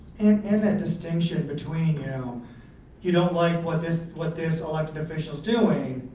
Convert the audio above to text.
and and that distinction between you know you don't like what this what this elected officials doing,